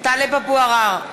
טלב אבו עראר,